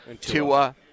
Tua